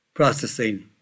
processing